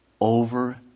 over